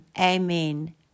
amen